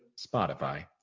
Spotify